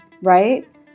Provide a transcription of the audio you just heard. Right